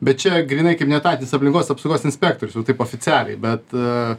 bet čia grynai kaip neetatinis aplinkos apsaugos inspektorius jau taip oficialiai bet